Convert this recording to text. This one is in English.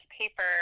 paper